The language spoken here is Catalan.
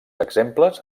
exemples